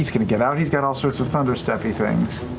he's going to get out, he's got all sorts of thunder steppy things.